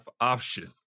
option